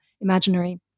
imaginary